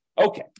Okay